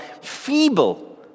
feeble